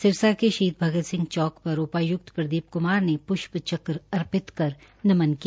सिरसा के शहीद भगत सिंह चौंक पर उपाय्क्त प्रदीप कुमार ने प्ष्प चक्र अर्पित कर नमन किया